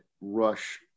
rush